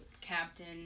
captain